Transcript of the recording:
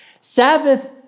Sabbath